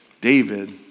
David